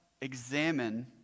examine